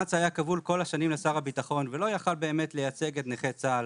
אנ"צ היה כבול כל השנים לשר הביטחון ולא יכול באמת לייצג את נכי צה"ל